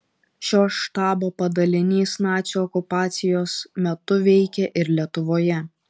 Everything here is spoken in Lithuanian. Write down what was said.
šio štabo padalinys nacių okupacijos metu veikė ir lietuvoje